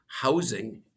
housing